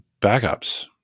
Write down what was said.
backups